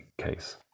case